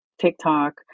TikTok